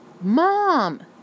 Mom